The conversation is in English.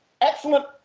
excellent